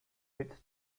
its